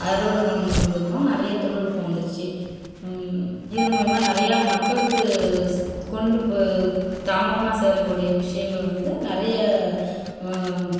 அறுவடை பண்ணுறது கூடும் நிறைய தொழில்நுட்பம் வந்துடுச்சி இதன் மூலிமா நிறையா மக்களுக்கு ஸ் கொண்டு போ தாமதமாக சேரக்கூடிய விஷயங்கள் வந்து நிறைய